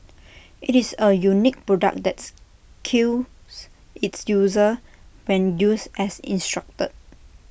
IT is A unique product that's kills its user when used as instructed